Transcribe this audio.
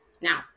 Now